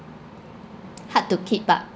hard to keep up